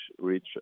reach